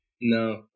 No